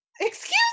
excuse